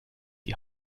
die